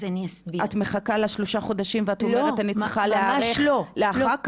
את מחכה לשלושה החודשים ואת אומרת שאת צריכה להיערך לאחר כך?